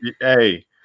hey